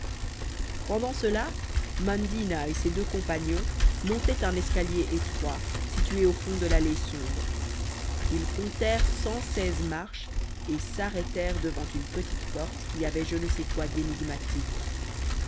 pendant cela mandina et ses deux compagnons montaient un escalier étroit situé au fond de l'allée sombre ils comptèrent cent seize marches et s'arrêtèrent devant une petite porte qui avait je ne sais quoi